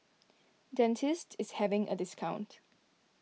Dentiste is having a discount